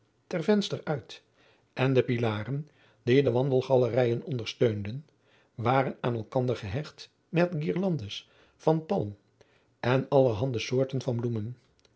ter vensters uit en de pilaren die de wandelgalerijen ondersteunden waren aan elkander gehecht met guirlandes van palm en allerhande soorten van bloemen